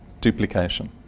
duplication